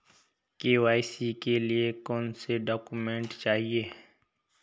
KYC के लिए कौनसे डॉक्यूमेंट चाहिये?